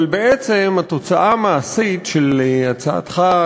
אבל בעצם התוצאה המעשית של הצעתך,